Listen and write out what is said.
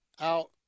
out